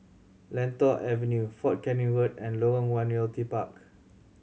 Lentor Avenue Fort Canning Road and Lorong One Realty Park